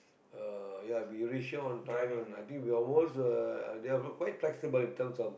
uh ya we reach here on time and I think we almost uh they're quite flexible in terms of